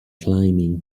climbing